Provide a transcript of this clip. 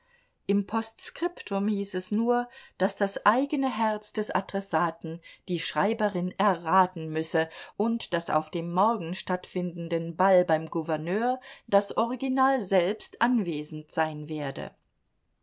im postskriptum hieß es nur daß das eigene herz des adressaten die schreiberin erraten müsse und daß auf dem morgen stattfindenden ball beim gouverneur das original selbst anwesend sein werde